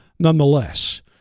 Nonetheless